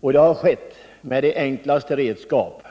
Det har skett med de enklaste redskap.